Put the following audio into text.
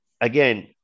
again